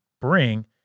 bring